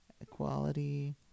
Equality